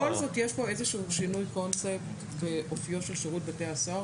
אבל בכל זאת יש פה איזשהו שינוי קונספט באופיו של שירות בתי הסוהר.